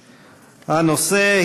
הנושא: